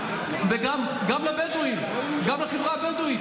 זכאי לסיוע ולמענה שהמשרד שלנו נותן.